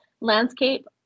Landscape